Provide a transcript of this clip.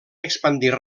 expandir